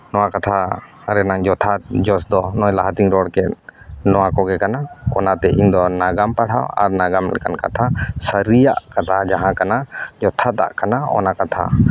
ᱱᱚᱣᱟ ᱠᱟᱛᱷᱟ ᱨᱮᱱᱟᱜ ᱡᱚᱛᱷᱟᱛ ᱡᱚᱥ ᱫᱚ ᱱᱚᱜᱼᱚᱭ ᱞᱟᱦᱟᱛᱮᱧ ᱨᱚᱲ ᱠᱮᱫ ᱱᱚᱣᱟ ᱠᱚᱜᱮ ᱠᱟᱱᱟ ᱚᱱᱟᱛᱮ ᱤᱧ ᱫᱚ ᱱᱟᱜᱟᱢ ᱯᱟᱲᱦᱟᱣ ᱟᱨ ᱱᱟᱜᱟᱢ ᱞᱮᱠᱟᱱ ᱠᱟᱛᱷᱟ ᱥᱟᱹᱨᱤᱭᱟᱜ ᱠᱟᱛᱷᱟ ᱡᱟᱦᱟᱸ ᱠᱟᱱᱟ ᱡᱚᱛᱷᱟᱛᱟᱜ ᱠᱟᱱᱟ ᱚᱱᱟ ᱠᱟᱛᱷᱟ